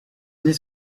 unis